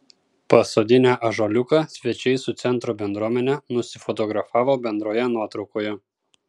pasodinę ąžuoliuką svečiai su centro bendruomene nusifotografavo bendroje nuotraukoje